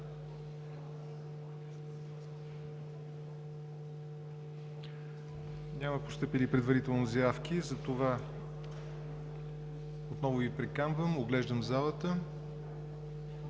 Няма постъпили предварително заявки, затова отново Ви приканвам, оглеждам залата.